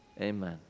Amen